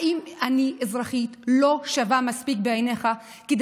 האם אני אזרחית לא שווה מספיק בעיניך כדי